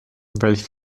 welch